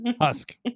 Husk